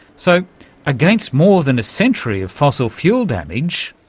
so against more than a century of fossil fuel damage.